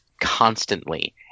constantly